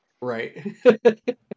Right